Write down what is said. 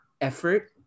effort